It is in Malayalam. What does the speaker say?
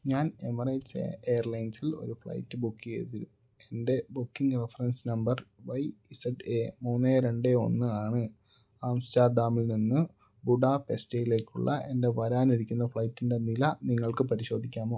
ഞാൻ എമിറേറ്റ്സ് എയർലൈൻസിൽ ഒരു ഫ്ലൈറ്റ് ബുക്ക് ചെയ്തു എൻ്റെ booking reference number Y Z A മൂന്ന് രണ്ട് ഒന്ന് ആണ് ആംസ്റ്റർഡാമിൽ നിന്ന് ബുഡാപെസ്റ്റ്ലേയ്ക്കുള്ള എൻ്റെ വരാനിരിക്കുന്ന ഫ്ലൈറ്റിൻ്റെ നില നിങ്ങൾക്കു പരിശോധിക്കാമോ